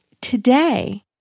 today